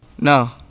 No